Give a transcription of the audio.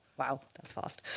wow, that's fast.